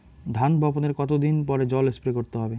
ধান বপনের কতদিন পরে জল স্প্রে করতে হবে?